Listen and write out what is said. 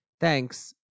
Thanks